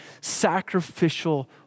sacrificial